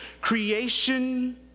creation